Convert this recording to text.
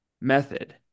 method